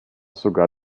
sogar